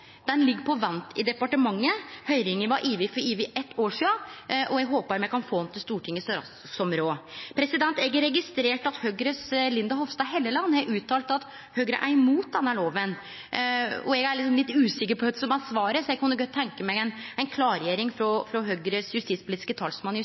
ligg på vent i departementet, høyringa var over for over eitt år sidan, og eg håpar me kan få han til Stortinget så raskt som råd er. Eg har registrert at Høgres Linda Hofstad Helleland har uttalt at Høgre er imot denne loven. Eg er litt usikker på kva som var svaret, så eg kunne godt tenkje meg å få ei klargjering